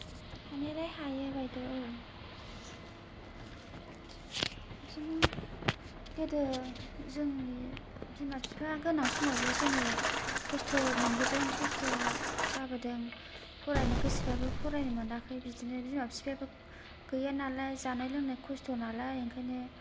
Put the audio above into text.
हानायालाय हायो बायदेउ बिदिनो गोदो जोंनि बिमा फिफा गोनां समावबो जोङो खस्थ' मोनबोदों खस्थ' जाबोदों फरायनो गोसोबाबो फरायनो मोनाखै बिदिनो बिमा फिफायाबो गैया नालाय जानाय लोंनाय खस्थ' नालाय